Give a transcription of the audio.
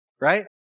Right